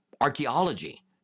archaeology